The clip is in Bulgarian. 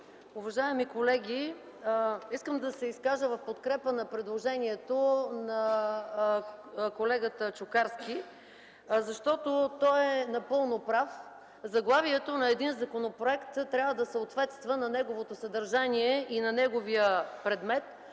уважаеми колеги! Искам да се изкажа в подкрепа на предложението на колегата Чукарски, защото той е напълно прав. Заглавието на един законопроект трябва да съответства на неговото съдържание и предмет.